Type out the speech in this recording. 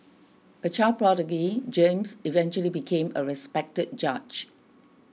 a child prodigy James eventually became a respected judge